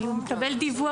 אבל הוא מקבל דיווח